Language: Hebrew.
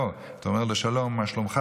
לא, אתה אומר לו: שלום, מה שלומך?